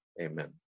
Amen